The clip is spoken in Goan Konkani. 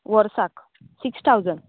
वर्साक सिक्स थावझंड